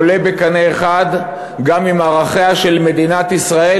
עולה בקנה אחד גם עם ערכיה של מדינת ישראל